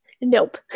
Nope